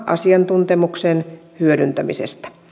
asiantuntemuksen hyödyntämisestä